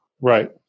Right